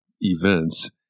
events